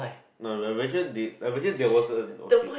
no dimension di~ dimension that was a oh shit